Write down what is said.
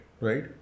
Right